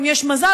אם יש מזל,